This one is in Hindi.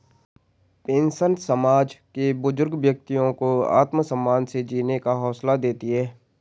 पेंशन समाज के बुजुर्ग व्यक्तियों को आत्मसम्मान से जीने का हौसला देती है